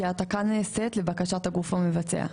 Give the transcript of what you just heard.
כי ההעתקה נעשית לבקשת הגוף המבצע.